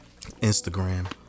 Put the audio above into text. Instagram